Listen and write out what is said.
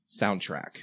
soundtrack